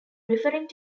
referring